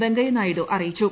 വെങ്കയ്യനായിഡു അറിയിച്ചു